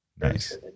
nice